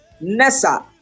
Nessa